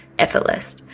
Effortless